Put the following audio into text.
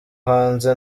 hanze